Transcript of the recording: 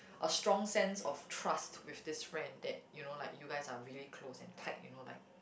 a strong sense of trust with this friend that you know like you guys are really close and tight you know like